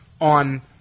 on